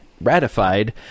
ratified